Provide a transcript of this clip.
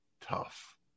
tough